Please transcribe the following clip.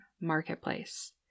marketplace